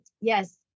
yes